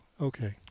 okay